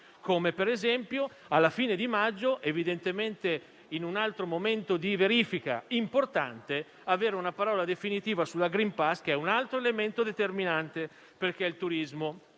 come per esempio, alla fine di maggio, in un altro momento di verifica importante, avere una parola definitiva sul *green* *pass*, che è un altro elemento determinante perché il turismo